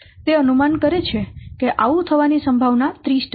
તે અનુમાન કરે છે કે આવું થવાની સંભાવના 30 છે